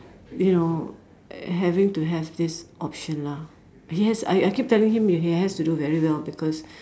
you know having to have this option lah he has I I keep telling him he has to do very well because